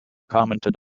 commented